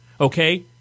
Okay